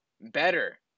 better